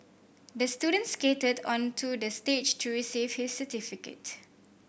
the student skated onto the stage to receive his certificate